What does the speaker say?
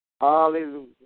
hallelujah